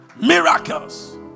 Miracles